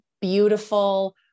beautiful